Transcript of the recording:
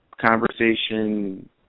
conversation